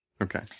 Okay